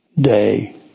day